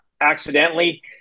accidentally